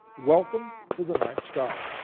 welcome to the night sky.